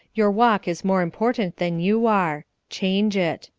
your walk is more important than you are change it.